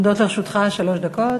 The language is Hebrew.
עומדות לרשותך שלוש דקות.